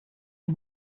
wie